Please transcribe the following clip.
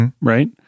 right